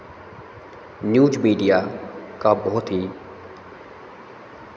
news media का बहुत ही